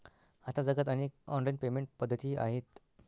आता जगात अनेक ऑनलाइन पेमेंट पद्धती आहेत